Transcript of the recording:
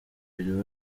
lil